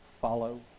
Follow